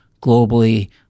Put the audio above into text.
globally